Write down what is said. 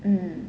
um